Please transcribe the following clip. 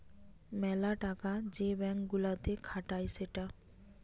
মেলা টাকা যে ব্যাঙ্ক গুলাতে খাটায় সেটা